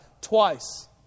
twice